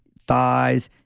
thighs.